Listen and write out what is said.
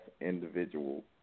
individual